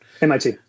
MIT